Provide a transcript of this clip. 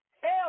Hell